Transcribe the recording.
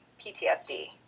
PTSD